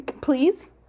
please